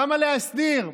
למה להסדיר?